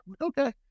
Okay